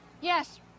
Yes